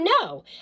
no